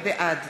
בעד